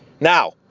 Now